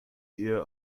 ehe